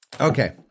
Okay